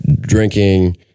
drinking